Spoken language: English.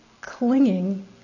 clinging